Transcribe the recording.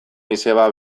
izeba